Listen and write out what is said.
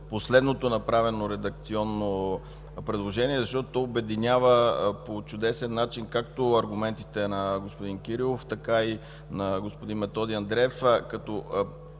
последното направено редакционно предложение, защото то обединява по чудесен начин както аргументите на господин Кирилов, така и на господин Методи Андреев, като